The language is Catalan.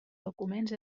documents